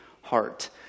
heart